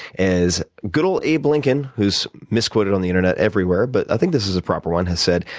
as good old abe lincoln, who's misquoted on the internet everywhere but i think this is a proper one has said,